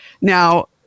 Now